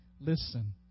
listen